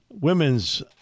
women's